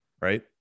right